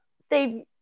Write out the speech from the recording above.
Steve